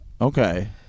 Okay